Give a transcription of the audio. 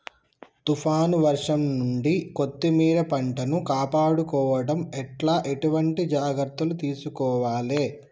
తుఫాన్ వర్షం నుండి కొత్తిమీర పంటను కాపాడుకోవడం ఎట్ల ఎటువంటి జాగ్రత్తలు తీసుకోవాలే?